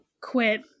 quit